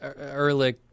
Ehrlich